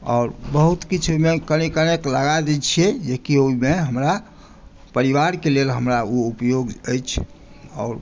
आओर बहुत किछु ओहिमे कनिक कनिक लगा दैत छियै जेकि ओहिमे हमरा परिवारके लेल हमरा ओ उपयोग अछि आओर